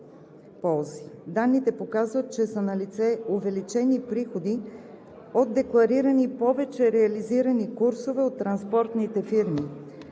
Данните показват, че са налице увеличени приходи от декларирани повече реализирани курсове от транспортните фирми,